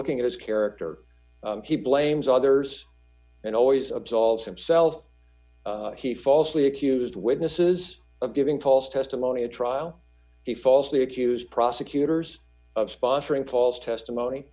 looking at his character he blames others and always absolves himself he falsely accused witnesses of giving false testimony a trial he falsely accused prosecutors of sponsoring false testimony